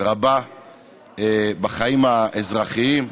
רבה בחיים האזרחיים,